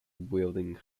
building